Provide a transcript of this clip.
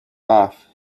off